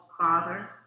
Father